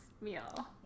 meal